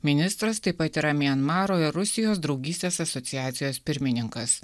ministras taip pat yra mianmaro ir rusijos draugystės asociacijos pirmininkas